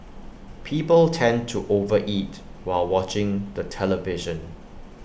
people tend to over eat while watching the television